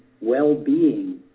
well-being